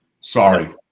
Sorry